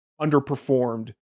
underperformed